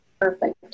perfect